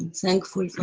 thankful.